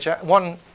one